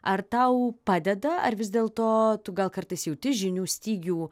ar tau padeda ar vis dėlto tu gal kartais jauti žinių stygių